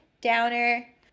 downer